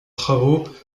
travaux